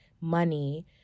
money